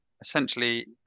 Essentially